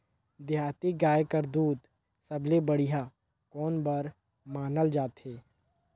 देहाती गाय कर दूध सबले बढ़िया कौन बर मानल जाथे?